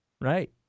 right